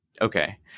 okay